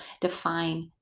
define